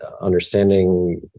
understanding